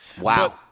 Wow